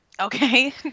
Okay